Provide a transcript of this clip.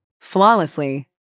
Flawlessly